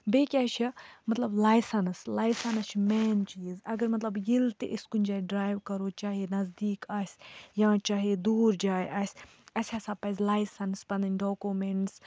بیٚیہِ کیٛاہ چھِ مطلب لایسَنٕس لایسَنٕس چھِ مین چیٖز اَگر مطلب ییٚلہِ تہِ أسۍ کُنہِ جایہِ ڈرٛایو کَرو چاہے نزدیٖک آسہِ یا چاہے دوٗر جایہِ آسہِ اَسہِ ہَسا پَزِ لایسَنس پَنٕنۍ ڈاکومیٚنٕس